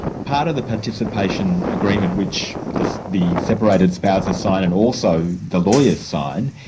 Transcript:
part of the participation agreement which the the separated spouses sign, and also the lawyers sign,